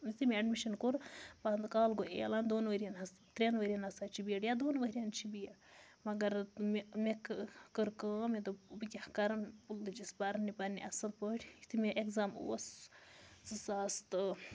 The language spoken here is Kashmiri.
یُتھُے مےٚ اٮ۪ڈمِشَن کوٚر کالہٕ گوٚو اعلان دۄن ؤریَن ہس ترٛٮ۪ن ؤریَن ہَسا چھِ بی اٮ۪ڈ یا دۄن ؤریَن چھِ بی اٮ۪ڈ مگر مےٚ مےٚ کٔہ کٔر کٲم مےٚ دوٚپ بہٕ کیٛاہ کَرَن بہٕ لٔجِس پرنہِ پنٛنہِ اَصٕل پٲٹھۍ یُتھُے مےٚ اٮ۪کزام اوس زٕ ساس تہٕ